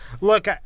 look